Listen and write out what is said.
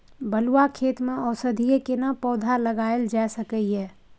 बलुआ खेत में औषधीय केना पौधा लगायल जा सकै ये?